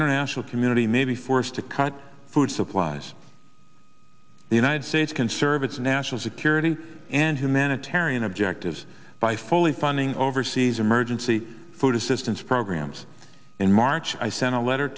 international community may be forced to cut food supplies the united states conserve its national security and humanitarian objectives by fully funding overseas emergency food assistance programs in march i sent a letter